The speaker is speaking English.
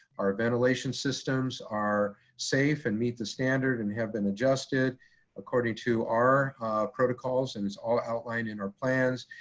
our ventilation systems are safe and meet the standard and have been adjusted according to our protocols and it's all outlined in our plans.